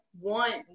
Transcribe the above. want